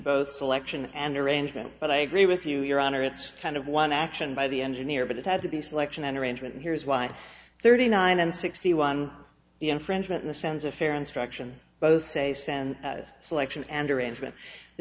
both selection and arrangement but i agree with you your honor it's kind of one action by the engineer but it had to be selection and arrangement and here's why thirty nine and sixty one infringement in the sense of fair instruction both s